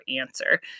answer